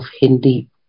hindi